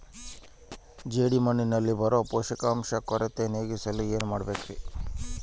ಜೇಡಿಮಣ್ಣಿನಲ್ಲಿ ಬರೋ ಪೋಷಕಾಂಶ ಕೊರತೆ ನೇಗಿಸಲು ಏನು ಮಾಡಬೇಕರಿ?